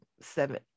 seven